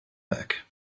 back